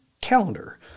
calendar